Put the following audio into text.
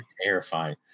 terrifying